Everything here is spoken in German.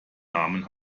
namen